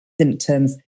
symptoms